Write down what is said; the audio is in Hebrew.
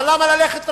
אבל למה ללכת רחוק?